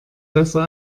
besser